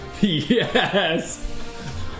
Yes